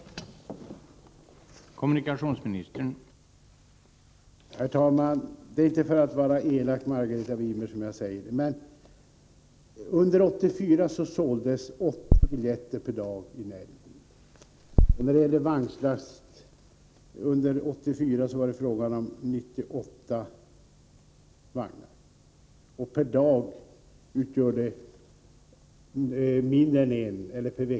— 5 februari 1985